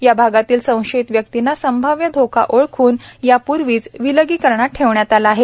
या भागातील संशयिय व्यक्तींना संभाव्य धोका ओळखन यापर्वीच विलगीकरणात ठेवण्यात आले आहेत